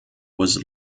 was